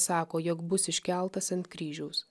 sako jog bus iškeltas ant kryžiaus